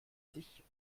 sich